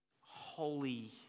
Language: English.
Holy